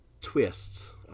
twists